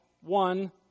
one